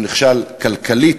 הוא נכשל כלכלית.